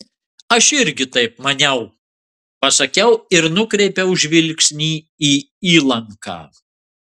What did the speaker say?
aš irgi taip maniau pasakiau ir nukreipiau žvilgsnį į įlanką